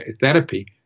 therapy